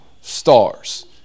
stars